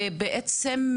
ובעצם,